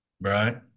right